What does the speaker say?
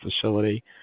facility